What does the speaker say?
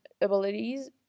abilities